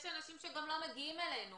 יש אנשים שגם לא מגיעים אלינו.